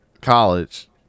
College